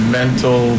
mental